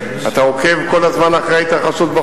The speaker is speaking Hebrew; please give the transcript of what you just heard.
אתה עוקב כל הזמן אחרי ההתרחשות,